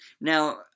Now